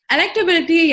Electability